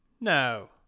no